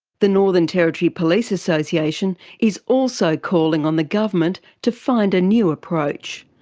the northern territory police association is also calling on the government to find a new approach.